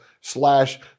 slash